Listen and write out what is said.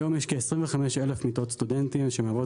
היום יש כ-25,000 מיטות סטודנטים שמהוות